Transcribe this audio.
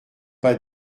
pas